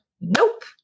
Nope